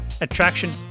attraction